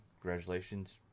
congratulations